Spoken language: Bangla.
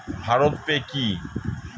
ভারত পে কি?